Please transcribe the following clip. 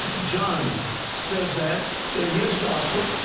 john says that in his gospel.